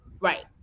right